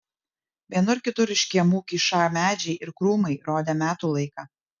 vienur kitur iš kiemų kyšą medžiai ir krūmai rodė metų laiką